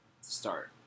Start